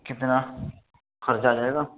کتنا خرچ آ جائے گا